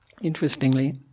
interestingly